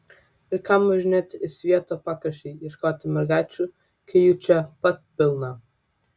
ir kam važinėti į svieto pakraštį ieškoti mergaičių kai jų čia pat pilna